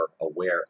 aware